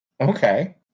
Okay